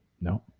No